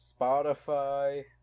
Spotify